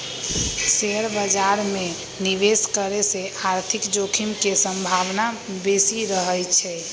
share बाजार में निवेश करे से आर्थिक जोखिम के संभावना बेशि रहइ छै